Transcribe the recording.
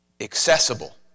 accessible